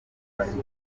w’imyaka